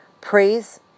praise